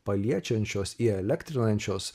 paliečiančios įelektrinančios